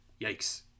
yikes